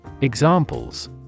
Examples